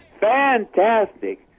Fantastic